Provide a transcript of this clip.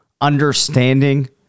understanding